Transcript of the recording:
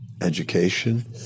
education